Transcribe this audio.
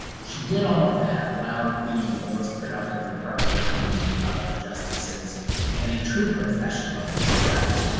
she did all of that while being the most productive and hard-working of justices and a true professional judge.